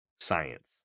science